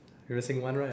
you were saying one right